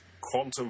Quantum